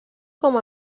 com